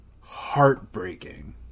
heartbreaking